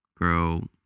grow